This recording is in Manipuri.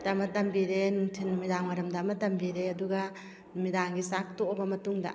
ꯑꯃ ꯇꯝꯕꯤꯔꯦ ꯅꯨꯡꯊꯤꯟ ꯅꯨꯃꯤꯗꯥꯡ ꯋꯥꯏꯔꯝꯗ ꯑꯃ ꯇꯝꯕꯤꯔꯦ ꯑꯗꯨꯒ ꯅꯨꯃꯤꯗꯥꯡꯒꯤ ꯆꯥꯛ ꯇꯣꯛꯑꯕ ꯃꯇꯨꯡꯗ